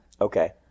Okay